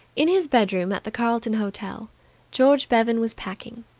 in his bedroom at the carlton hotel george bevan was packing.